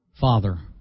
Father